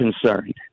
concerned